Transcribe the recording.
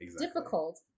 difficult